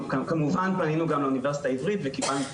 אנחנו כמובן פנינו גם לאוניברסיטה העברית וקיבלנו את